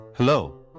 Hello